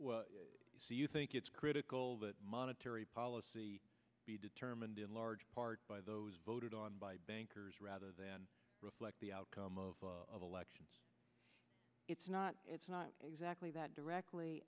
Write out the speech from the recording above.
you think it's critical that monetary policy be determined in large part by those voted on by bankers rather than reflect the outcome of elections it's not it's not exactly that directly